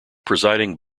presiding